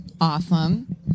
Awesome